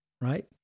right